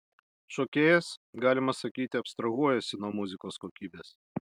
šokėjas galima sakyti abstrahuojasi nuo muzikos kokybės